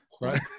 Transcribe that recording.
right